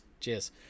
cheers